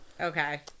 Okay